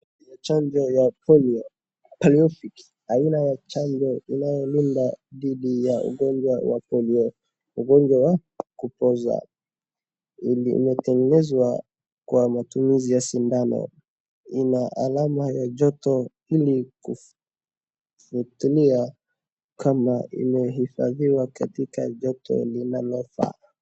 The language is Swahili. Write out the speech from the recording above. Chanjo ya polio Poliovac aina ya chanjo inayolinda dhidi ya ugonjwa wa polio ,ugonjwa wa kupoza ili imetengenezwa kwa matumizi ya sindano. Ina alama ya joto ilikuitumia kama imehifadhiwa katika joto linalofaa.